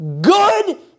Good